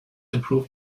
improved